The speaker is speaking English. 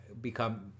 become